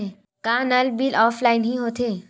का नल bill offline हि होथे?